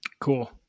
Cool